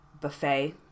buffet